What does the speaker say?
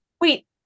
Wait